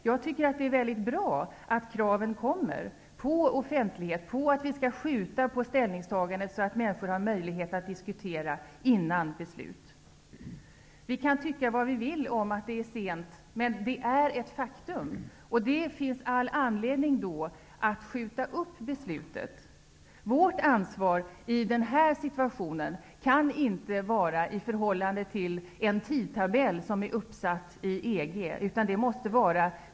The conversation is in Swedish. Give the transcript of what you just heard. Jag tycker att det är bra att det ställs krav på offentlighet och att vi i riksdagen skall skjuta på ställningstagandet så att människor skall få möjlighet att diskutera innan beslut fattas. Vi kan tycka vad som helst om att dessa krav kommer sent, men situationen är ett faktum. Det finns all anledning att skjuta upp beslutet. Vårt ansvar i den här situationen kan inte stå i förhållande till en tidtabell uppsatt av EG.